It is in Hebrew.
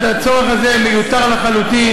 הצורך הזה מיותר לחלוטין,